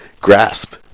grasp